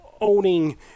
owning